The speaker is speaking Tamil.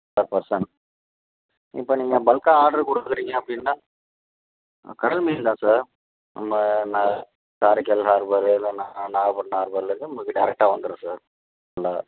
பர் பெர்சன் இப்போ நீங்கள் பல்க்கா ஆர்டரு கொடுக்கறீங்க அப்படின்னா கடல் மீன் தான் சார் நம்ம ந காரைக்கால் ஹார்பரு இல்லைன்னா நாகப்பட்டினம் ஹார்பர்லேருந்து நமக்கு டேரெக்டா வந்துரும் சார் நல்லா